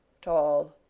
tall,